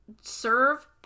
serve